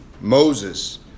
Moses